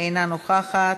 אינה נוכחת,